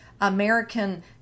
american